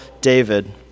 David